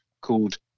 called